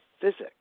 physics